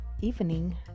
evening